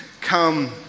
come